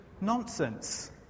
nonsense